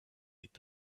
with